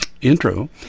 intro